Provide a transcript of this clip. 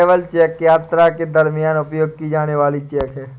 travel cheque यात्रा के दरमियान उपयोग की जाने वाली चेक है